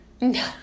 No